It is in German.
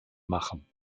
machen